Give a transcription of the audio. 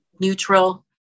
neutral